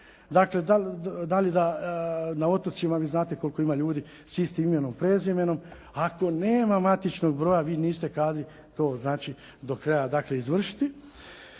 Dakle, da li da, na otocima vi znate koliko ima ljudi s istim imenom i prezimenom. Ako nema matičnog broja vi niste kadri to do kraja izvršiti.